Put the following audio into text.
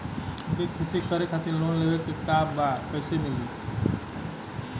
हमके खेती करे खातिर लोन लेवे के बा कइसे मिली?